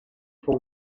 for